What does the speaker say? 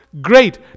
Great